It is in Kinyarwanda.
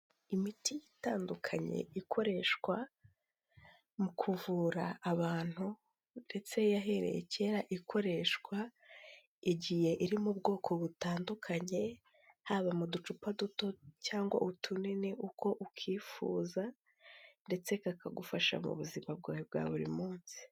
Imiti itandukanye ikoreshwa mu kuvura abantu, ndetse yahereye kera ikoreshwa, igihe iri mu bwoko butandukanye, haba mu ducupa duto cyangwa utunini uko ukifuza, ndetse kakagufasha mu buzima bwawe bwa buri munsi.